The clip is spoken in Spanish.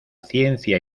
ciencia